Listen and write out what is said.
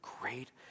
great